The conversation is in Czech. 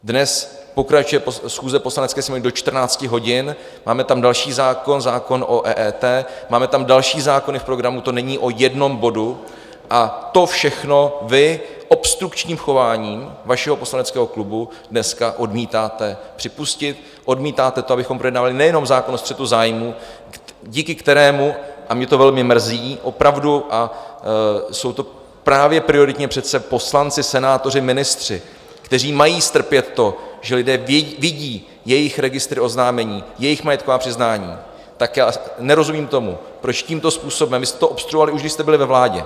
Dnes pokračuje schůze Poslanecké sněmovny do 14 hodin, máme tam další zákon, zákon o EET, máme tam další zákony v programu, to není o jednom bodu, a to všechno vy obstrukčním chováním vašeho poslaneckého klubu dneska odmítáte připustit, odmítáte to, abychom projednávali nejenom zákon o střetu zájmů, díky kterému, a mě to velmi mrzí, opravdu a jsou to právě prioritně přece poslanci, senátoři, ministři, kteří mají strpět to, že lidé vidí jejich registr oznámení, jejich majetková přiznání tak nerozumím tomu, proč tímto způsobem jste to obstruovali, už když jste byli ve vládě.